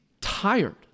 tired